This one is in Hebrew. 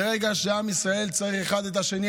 ברגע שבעם ישראל אחד צריך את השני,